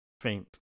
faint